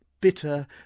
bitter